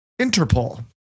Interpol